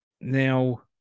Now